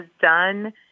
done